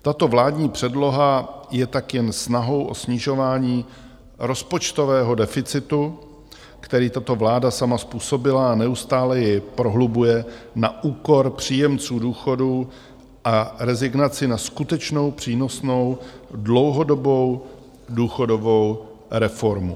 Tato vládní předloha je tak jen snahou o snižování rozpočtového deficitu, který tato vláda sama způsobila a neustále jej prohlubuje na úkor příjemců důchodů a rezignací na skutečnou, přínosnou, dlouhodobou důchodovou reformu.